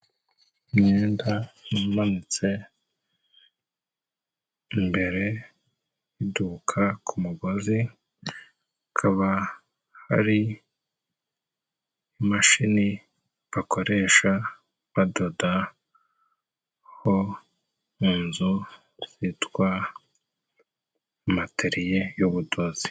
Imyenda imanitse imbere iduka ku mugozi hakaba hari imashini bakoresha badodaho mu nzu zitwa materiye y'ubudozi.